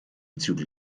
zügel